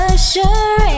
Sure